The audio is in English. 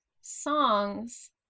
songs